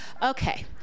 Okay